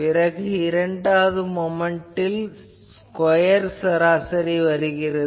பிறகு இரண்டாம் மொமென்ட்டில் ஸ்கொயர் சராசரி வருகின்றது